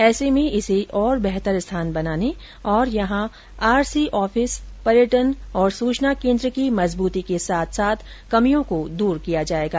ऐसे में इसे और बेहतर स्थान बनाने और यहाँ आरसी ऑफिस पर्यटन और सूचना केंद्र की मजबूती के साथ साथ कमियों को दूर किया जायेगा